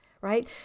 right